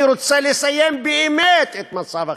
אני רוצה לסיים באמת את מצב החירום,